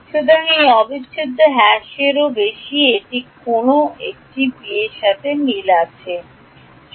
সুতরাং এই অবিচ্ছেদ্য a এরও বেশি এবং এটি কোনটি এবং কিয়ের মধ্যে মিলন